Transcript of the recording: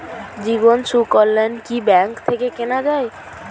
জীবন সুকন্যা কি ব্যাংক থেকে কেনা যায়?